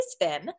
Finn